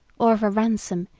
or of a ransom,